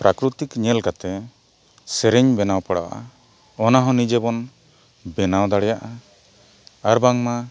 ᱯᱨᱟᱠᱛᱤᱠ ᱧᱮᱞ ᱠᱟᱛᱮ ᱥᱮᱨᱮᱧ ᱵᱮᱱᱟᱣ ᱯᱟᱲᱟᱜᱼᱟ ᱚᱱᱟ ᱦᱚᱸ ᱱᱤᱡᱮ ᱵᱚᱱ ᱵᱮᱱᱟᱣ ᱫᱟᱲᱮᱭᱟᱜᱼᱟ ᱟᱨ ᱵᱟᱝᱢᱟ